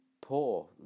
poor